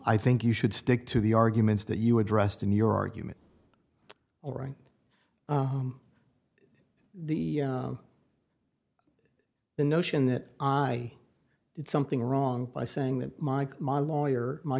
i think you should stick to the arguments that you addressed in your argument all right the notion that i did something wrong by saying that my my lawyer my